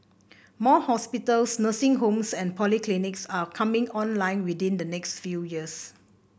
more hospitals nursing homes and polyclinics are coming online within the next few years